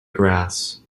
grass